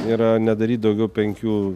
yra nedaryt daugiau penkių